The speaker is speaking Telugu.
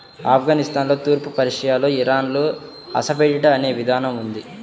ఆఫ్ఘనిస్తాన్లో, తూర్పు పర్షియాలో, ఇరాన్లో అసఫెటిడా అనే విధానం ఉంది